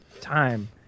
time